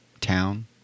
town